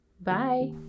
Bye